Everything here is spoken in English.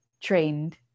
trained